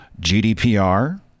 GDPR